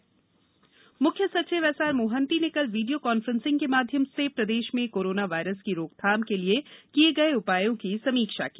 Mohanty corona virus मुख्य सचिव S R Mohanty ने कल वीडियो कॉन्फ्रेंसिंग के माध्यम से प्रदेश में कोरोना वायरस की रोकथाम के लिये किये गये उपायों की समीक्षा की